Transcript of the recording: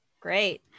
great